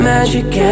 Magic